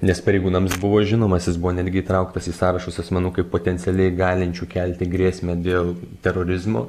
nes pareigūnams buvo žinomas jis buvo netgi įtrauktas į sąrašus asmenų kaip potencialiai galinčių kelti grėsmę dėl terorizmo